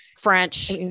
French